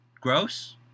gross